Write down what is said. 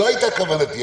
זו הייתה כוונתי.